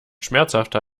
schmerzhafter